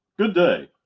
good day!